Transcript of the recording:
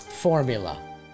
formula